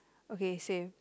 okay same